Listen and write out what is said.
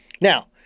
now